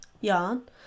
yarn